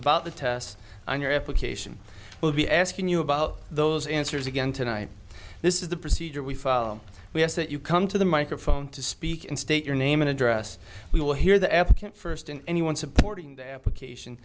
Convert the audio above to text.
about the test on your application will be asking you about those answers again tonight this is the procedure we file we ask that you come to the microphone to speak and state your name and address we will hear the applicant first and anyone supporting then a